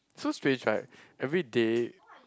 so strange right everyday